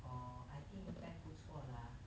orh I think 应该不错 lah